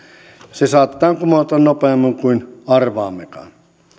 se saatetaan kumota nopeammin kuin arvaammekaan kiitos